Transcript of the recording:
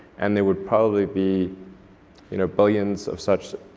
and they would probably be you know billions of such